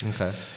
Okay